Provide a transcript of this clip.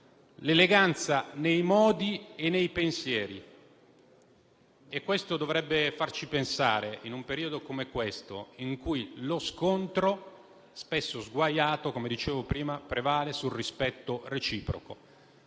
l'eleganza nei modi e nei pensieri; e questo dovrebbe farci pensare, in un periodo come questo in cui lo scontro, spesso sguaiato, come dicevo prima, prevale sul rispetto reciproco.